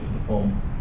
perform